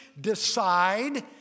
decide